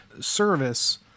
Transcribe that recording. service